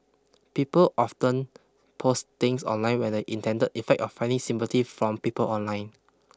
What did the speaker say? people often post things online where the intended effect of finding sympathy from people online